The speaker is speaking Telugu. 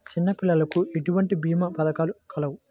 చిన్నపిల్లలకు ఎటువంటి భీమా పథకాలు కలవు?